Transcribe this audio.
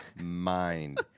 mind